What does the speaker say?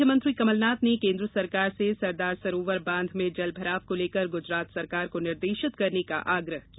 मुख्यमंत्री कमलनाथ ने केन्द्र सरकार से सरदार सरोवर बांध में जल भराव को लेकर गुजरात सरकार को निर्देशित करने का आग्रह किया